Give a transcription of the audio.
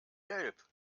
gelb